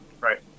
Right